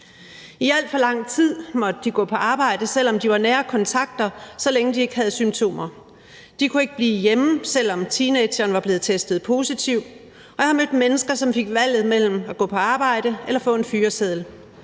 I alt for lang tid måtte de gå på arbejde, selv om de var nære kontakter, så længe de ikke havde symptomer. De kunne ikke blive hjemme, selv om teenageren var blevet testet positiv, og jeg har mødt mennesker, som fik valget mellem at gå på arbejde og at få en fyreseddel.